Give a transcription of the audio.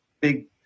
big